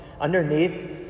underneath